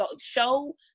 show